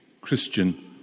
Christian